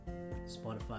Spotify